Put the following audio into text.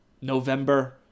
November